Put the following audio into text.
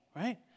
right